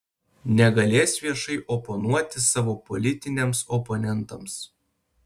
negalės viešai oponuoti savo politiniams oponentams